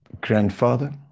Grandfather